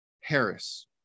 Harris